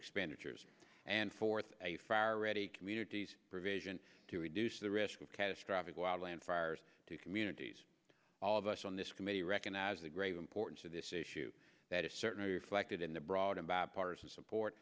expenditures and fourth a fire ready communities provision to reduce the risk of catastrophic wild land fires to communities all of us on this committee recognize the grave importance of this issue that is certainly reflected in the brought about partisan support